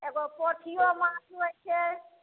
एगो पोठिओ माछ होइ छै